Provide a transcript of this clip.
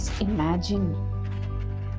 imagine